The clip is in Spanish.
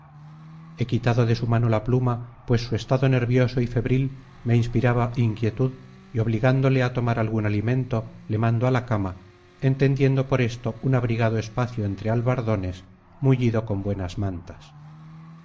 he quitado de su mano la pluma pues su estado nervioso y febril me inspiraba inquietud y obligándole a tomar algún alimento le mando a la cama entendiendo por esto un abrigado espacio entre albardones mullido con buenas mantas